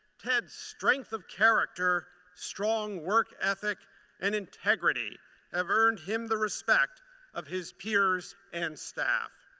ted's strength of character, strong work ethic and integrity have earned him the respect of his peers and staff.